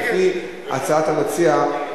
כפי הצעת המציע,